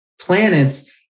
planets